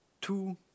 two